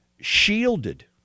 shielded